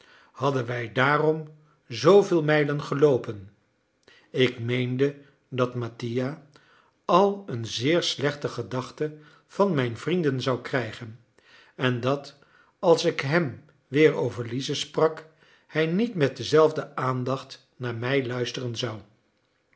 hadden wij daarom zooveel mijlen geloopen ik meende dat mattia al een zeer slechte gedachte van mijn vrienden zou krijgen en dat als ik hem weer over lize sprak hij niet met dezelfde aandacht naar mij luisteren zou